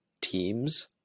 teams